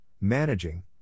managing